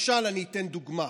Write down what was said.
אני אתן דוגמה: